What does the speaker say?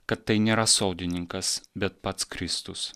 kad tai nėra sodininkas bet pats kristus